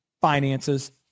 finances